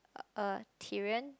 uh Tyrion